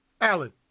Alan